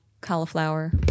cauliflower